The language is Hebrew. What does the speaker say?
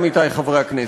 עמיתי חברי הכנסת,